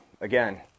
again